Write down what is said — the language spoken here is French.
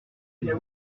êtes